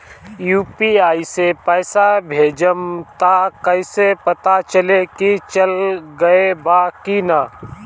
UPI से पइसा भेजम त कइसे पता चलि की चल गेल बा की न?